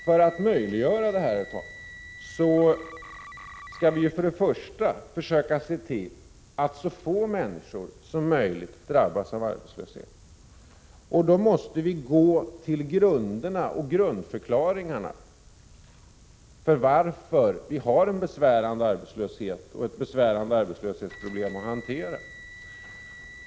För att möjliggöra detta, herr talman, skall vi förts och främst försöka se till att så få människor som möjligt drabbas av arbetslöshet. Vi måste gå till grunden och söka förklaringarna till att vi har ett besvärande arbetslöshetsproblem att hantera.